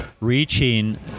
reaching